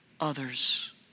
others